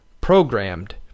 programmed